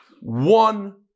one